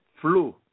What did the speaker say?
flu